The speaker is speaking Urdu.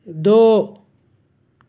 دو